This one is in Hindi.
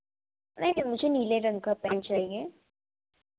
नहीं नहीं मुझे नीले रंग का पेन चाहिए